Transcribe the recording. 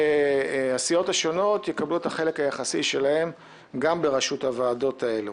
הסיעות השונות יקבלו את החלק היחסי שלהן גם בראשות הוועדות האלה.